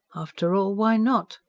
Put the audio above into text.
after all, why not?